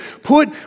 put